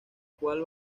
cual